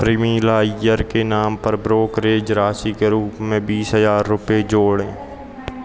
प्रमिला अय्यर के नाम पर ब्रोकरेज राशि के रूप में बीस हज़ार रुपय जोड़ें